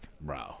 Bro